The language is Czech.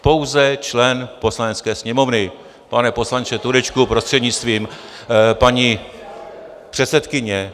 Pouze člen Poslanecké sněmovny, pane poslanče Turečku, prostřednictvím paní předsedkyně.